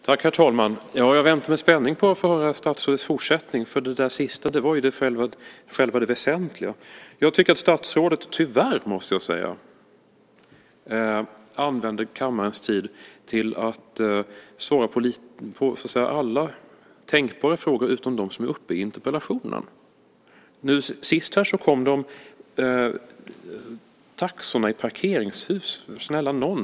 Herr talman! Jag väntar med spänning på att få höra statsrådets fortsättning. Det sista var det väsentliga. Jag tycker att statsrådet, tyvärr, använder kammarens tid till att svara på alla tänkbara frågor utom dem som har tagits upp i interpellationen. Sist här var det taxor i parkeringshus. Snälla nån!